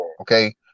Okay